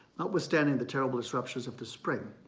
notwithstanding the terrible disruptions of the spring.